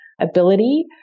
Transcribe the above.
ability